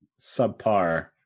subpar